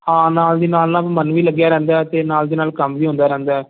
ਹਾਂ ਨਾਲ ਦੀ ਨਾਲ ਨਾ ਮਨ ਵੀ ਲੱਗਿਆ ਰਹਿੰਦਾ ਅਤੇ ਨਾਲ ਦੀ ਨਾਲ ਕੰਮ ਵੀ ਹੁੰਦਾ ਰਹਿੰਦਾ